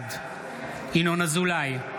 בעד ינון אזולאי,